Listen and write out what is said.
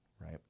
right